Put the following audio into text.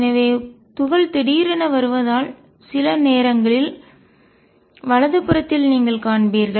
எனவே துகள் திடீரென வருவதால் சில நேரங்களில் வலது புறத்தில் நீங்கள் காண்பீர்கள்